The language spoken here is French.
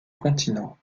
continents